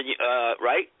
Right